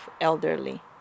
elderly